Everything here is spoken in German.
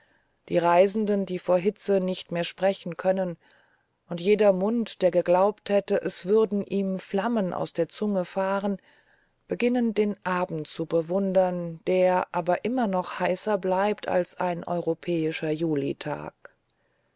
die reisenden die vor hitze nicht hatten sprechen können und jeder mund der geglaubt hatte es würden ihm flammen aus der lunge fahren beginnen den abend zu bewundern der aber immer noch heißer bleibt als ein europäischer julitag